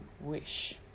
wish